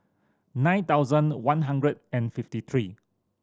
nine thousand one hundred and fifty three